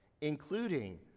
including